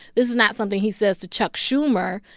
this is not something he says to chuck schumer.